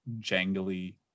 jangly